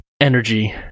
energy